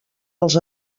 els